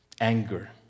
Anger